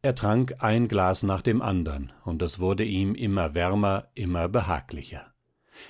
er trank ein glas nach dem andern und es wurde ihm immer wärmer immer behaglicher